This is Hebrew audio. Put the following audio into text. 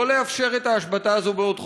לא לאפשר את ההשבתה הזאת בעוד חודש,